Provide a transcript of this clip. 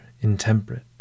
intemperate